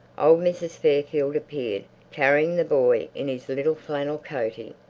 old mrs. fairfield appeared, carrying the boy in his little flannel coatee.